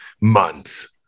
months